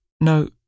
No